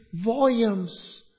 volumes